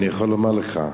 אני יכול לומר לך.